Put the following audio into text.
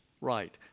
right